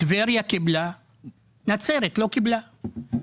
טבריה קיבלה אבל נצרת לא קיבלה.